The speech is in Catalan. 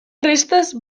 restes